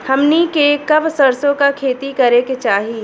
हमनी के कब सरसो क खेती करे के चाही?